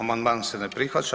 Amandman se ne prihvaća.